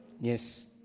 Yes